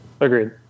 Agreed